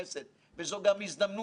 שבאמת באמת